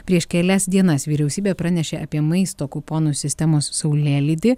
prieš kelias dienas vyriausybė pranešė apie maisto kuponų sistemos saulėlydį